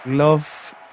Love